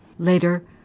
Later